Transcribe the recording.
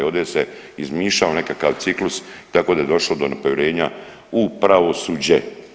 Ovdje se izmišljao nekakav ciklus tako da je došlo do nepovjerenja u pravosuđe.